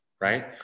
right